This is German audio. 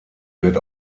wird